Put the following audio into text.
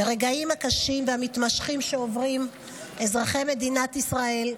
ברגעים הקשים והמתמשכים שעוברים אזרחי מדינת ישראל,